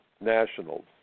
nationals